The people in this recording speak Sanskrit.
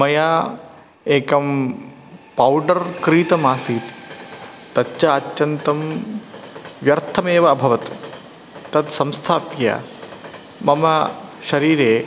मया एकं पौडर् क्रीतमासीत् तच्च अत्यन्तं व्यर्थमेव अभवत् तत् संस्थाप्य मम शरीरे